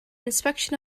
inspection